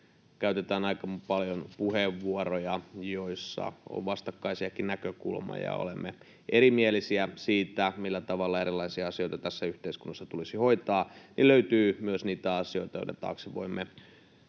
käytetään aika paljon puheenvuoroja, joissa on vastakkaisiakin näkökulmia, ja olemme erimielisiä siitä, millä tavalla erilaisia asioita tässä yhteiskunnassa tulisi hoitaa, löytyy myös niitä asioita, joiden taakse voimme